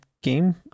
game